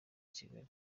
kigali